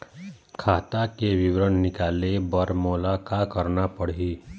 खाता के विवरण निकाले बर मोला का करना पड़ही?